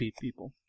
people